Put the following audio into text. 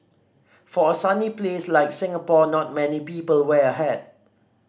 for a sunny place like Singapore not many people wear a hat